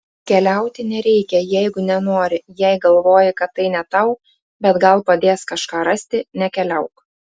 keliauti nereikia jeigu nenori jei galvoji kad tai ne tau bet gal padės kažką rasti nekeliauk